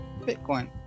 Bitcoin